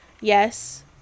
Yes